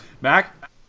Mac